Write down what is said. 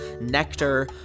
nectar